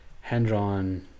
hand-drawn